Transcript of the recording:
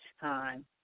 time